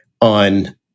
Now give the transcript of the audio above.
on